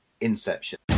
Inception